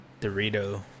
Dorito